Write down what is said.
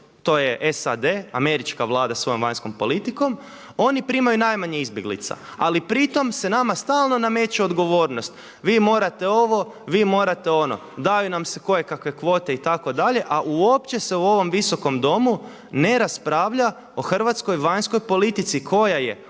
to je SAD američka vlada svojom vanjskom politikom oni primaju najmanje izbjeglica, ali pri tom se nama stalno nameće odgovornost, vi morate ovo, vi morate ono, daju nam se kojekakve kvote itd. a uopće se u ovom Visom domu ne raspravlja o hrvatskoj vanjskoj politici koja je